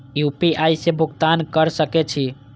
UPI से भुगतान क सके छी?